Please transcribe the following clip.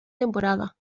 temporada